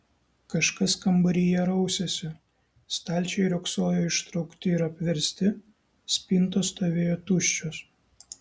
kažkas kambaryje rausėsi stalčiai riogsojo ištraukti ir apversti spintos stovėjo tuščios